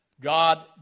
God